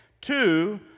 two